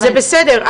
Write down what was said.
זה בסדר,